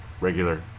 regular